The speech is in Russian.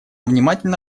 внимательно